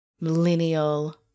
millennial